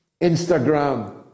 Instagram